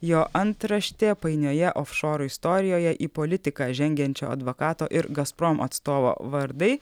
jo antraštė painioje ofšorų istorijoje į politiką žengiančio advokato ir gazprom atstovo vardai